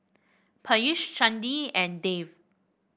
Peyush Chandi and Dev